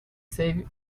save